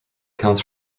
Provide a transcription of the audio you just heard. comes